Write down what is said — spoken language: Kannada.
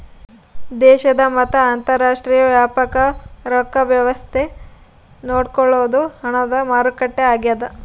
ದೇಶದ ಮತ್ತ ಅಂತರಾಷ್ಟ್ರೀಯ ವ್ಯಾಪಾರಕ್ ರೊಕ್ಕ ವ್ಯವಸ್ತೆ ನೋಡ್ಕೊಳೊದು ಹಣದ ಮಾರುಕಟ್ಟೆ ಆಗ್ಯಾದ